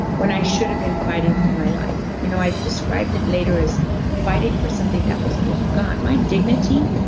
when i should have been fighting for my life. you know i described it later as fighting for something that was long gone. my dignity,